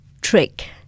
trick